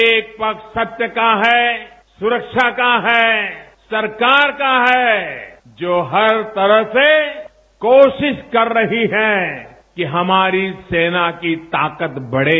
एक पक्ष सत्य का है सुरक्षा का है सरकार का है जो हर तरह से कोशिश कर रही है कि हमारी सेना की ताकत बढ़े